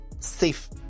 safe